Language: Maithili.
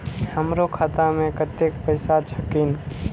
हमरो खाता में कतेक पैसा छकीन?